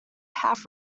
half